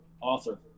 author